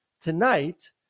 tonight